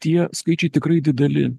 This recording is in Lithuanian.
tie skaičiai tikrai dideli